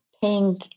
paying